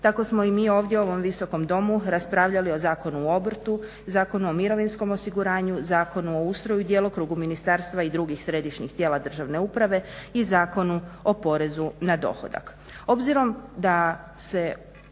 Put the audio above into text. Tako smo i mi ovdje u ovom Visokom domu raspravljali o Zakonu o obrtu, Zakonu o mirovinskom osiguranju, Zakonu o ustroju i djelokrugu ministarstva i drugih središnjih tijela državne uprave i Zakonu o porezu na dohodak.